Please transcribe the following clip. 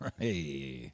Right